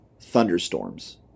thunderstorms